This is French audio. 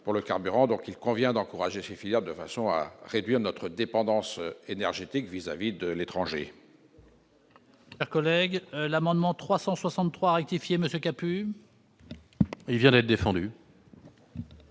pour le carburant, donc, il convient d'encourager ces filières, de façon à réduire notre dépendance énergétique vis-à-vis de l'étranger.